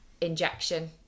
injection